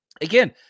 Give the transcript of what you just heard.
again